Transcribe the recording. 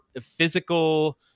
physical